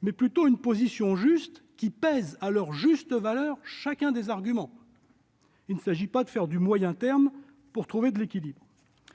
Ce doit être plutôt une position juste, pesant à leur juste valeur chacun des arguments. Il ne s'agit pas de faire du moyen terme pour trouver de l'équilibre.